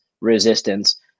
Resistance